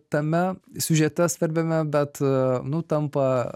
tame siužete svarbiame bet nu tampa